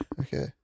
okay